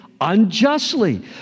unjustly